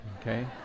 Okay